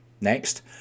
Next